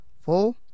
Four